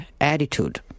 attitude